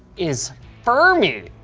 is fermi.